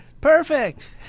Perfect